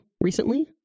recently